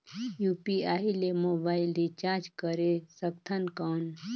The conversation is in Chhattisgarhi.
यू.पी.आई ले मोबाइल रिचार्ज करे सकथन कौन?